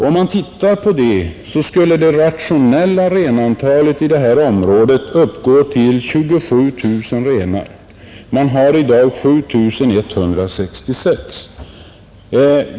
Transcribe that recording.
Om man tittar på det skulle det rationella renantalet i det här området uppgå till 27 000 renar. Man har i dag 7 166 renar.